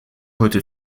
heute